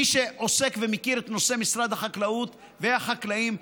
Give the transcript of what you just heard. מי שעוסק ומכיר את נושא משרד החקלאות והחקלאים,